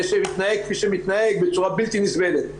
שמתנהג כפי שמתנהג בצורה בלתי נסבלת.